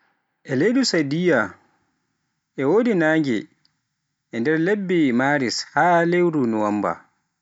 E leydi saudiyya e wodi nange, e lebbi maris haa lewru nuwamba.